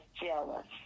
jealous